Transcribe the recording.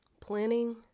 planning